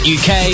uk